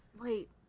wait